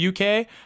UK